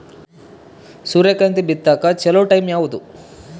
ಸೂರ್ಯಕಾಂತಿ ಬಿತ್ತಕ ಚೋಲೊ ಟೈಂ ಯಾವುದು?